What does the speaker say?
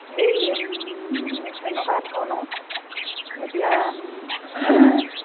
সেই সেনেকুৱা ধৰণৰ এতিয়া